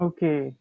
Okay